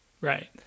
Right